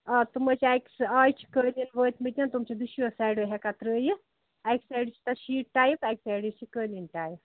آ تِم حظ چھِ اَکہِ اَز چھِ قٲلیٖن وٲتۍمٕتۍ تِم چھِ دۅشوٕیو سایڈو ہٮ۪کان ترٛٲوِتھ اَکہِ سایڈٕ چھِ تَتھ شیٖٹ ٹایِپ اَکہِ سایڈٕ چھِ قٲلیٖن ٹایِپ